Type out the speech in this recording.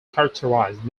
characterized